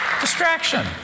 Distraction